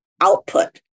output